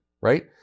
right